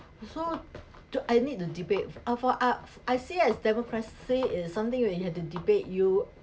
so to I need to debate uh for uh I see as democracy is something when you have to debate you